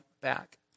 back